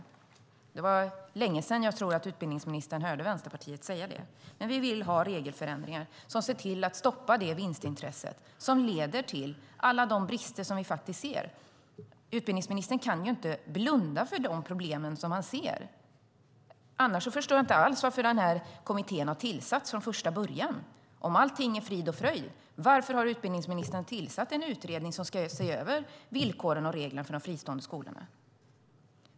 Jag tror att det var länge sedan som utbildningsministern hörde Vänsterpartiet säga det. Men vi vill ha regelförändringar som ser till att stoppa det vinstintresse som leder till alla de brister som vi faktiskt ser. Utbildningsministern kan ju inte blunda för de problem som vi ser. Annars förstår jag inte alls varför kommittén har tillsatts från första början. Om allting är frid och fröjd, varför har utbildningsministern tillsatt en kommitté som ska se över villkoren och reglerna för de fristående skolorna?